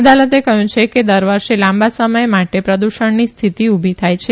અદાલતે કહ્યું છે કે દર વર્ષે લાંબા સમય માટે પ્રદુષણની સ્થિતિ ઉભી થાય છે